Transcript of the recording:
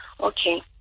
Okay